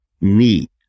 need